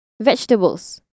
vegetables